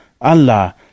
Allah